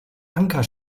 anker